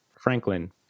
Franklin